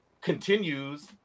continues